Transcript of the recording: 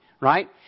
right